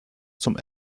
zum